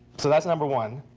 so that's number one.